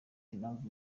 impamvu